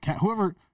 Whoever